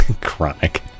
Chronic